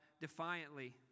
defiantly